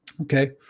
okay